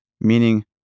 Meaning